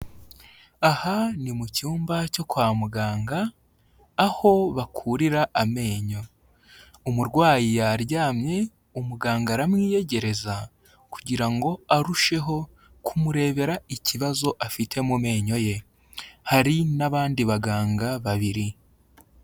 Aha ni mu cyumba cyo kwa muganga aho bakurira amenyo. Umurwayi yaryamye, umuganga aramwiyegereza kugira ngo arusheho kumurebera ikibazo afite mu menyo ye. Hari n'abandi baganga babiri.